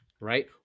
Right